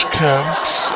camps